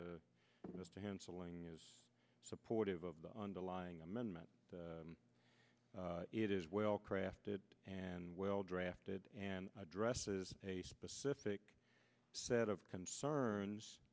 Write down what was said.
am handling supportive of the underlying amendment it is well crafted and well drafted and addresses a specific set of concerns